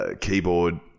keyboard